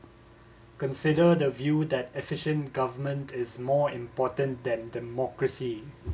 consider the view that efficient government is more important than democracy